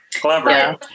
Clever